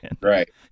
Right